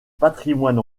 patrimoine